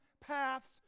paths